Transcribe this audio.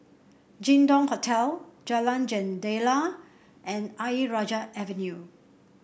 Jin Dong Hotel Jalan Jendela and Ayer Rajah Avenue